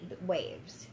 waves